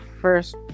first